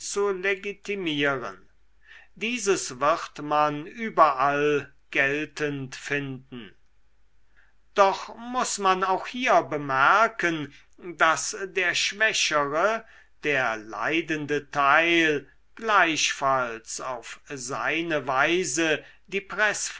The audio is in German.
zu legitimieren dieses wird man überall geltend finden doch muß man auch hier bemerken daß der schwächere der leidende teil gleichfalls auf seine weise die